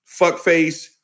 Fuckface